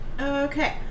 Okay